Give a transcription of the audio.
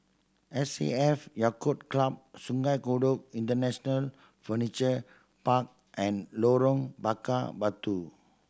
S A F Yacht Club Sungei Kadut International Furniture Park and Lorong Bakar Batu